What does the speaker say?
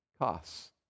costs